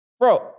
Bro